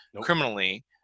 criminally